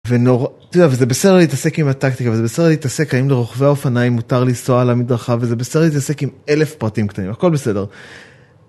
ונורא, תראה אבל זה בסדר להתעסק עם הטקטיקה וזה בסדר להתעסק האם לרוחבי האופניים מותר לנסוע על המדרכה וזה בסדר להתעסק עם אלף פרטים קטנים הכל בסדר.